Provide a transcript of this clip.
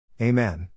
Amen